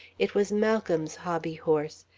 it was malcolm's hobbyhorse,